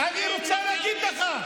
אני רוצה להגיד לך,